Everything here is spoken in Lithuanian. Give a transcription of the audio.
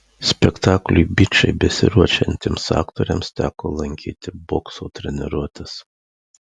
spektakliui bičai besiruošiantiems aktoriams teko lankyti bokso treniruotes